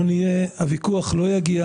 הוויכוח לא יגיע: